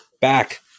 back